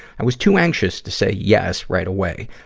i was too anxious to say yes right away.